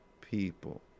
people